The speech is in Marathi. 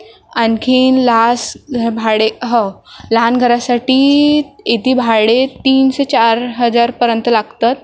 आणखी लास्ट भाडे हो लहान घरासाठी इथे भाडे तीन से चार हजारपर्यंत लागतात